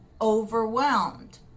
overwhelmed